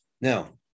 Now